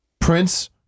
Prince